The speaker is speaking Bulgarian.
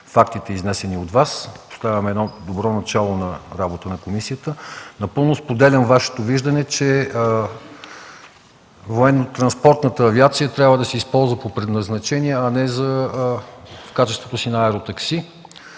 с фактите, изнесени от Вас. Слагаме едно добро начало на работата на комисията. Напълно споделям Вашето виждане, че военнотранспортната авиация трябва да се използва по предназначение, а не в качеството си на аеротакси.